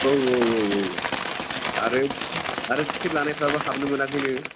औ औ औ औ आरो आरो टिकेट लानायफ्राबो हाबनो मोनाखैनो